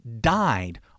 died